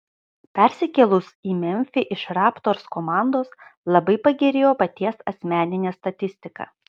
persikėlus į memfį iš raptors komandos labai pagerėjo paties asmeninė statistika